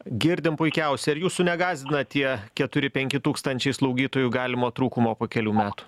girdim puikiausiai ar jūsų negąsdina tie keturi penki tūkstančiai slaugytojų galimo trūkumo po kelių metų